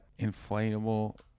inflatable